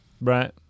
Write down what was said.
right